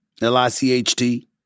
L-I-C-H-T